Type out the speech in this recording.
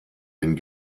den